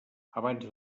abans